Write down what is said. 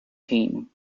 theme